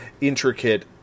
intricate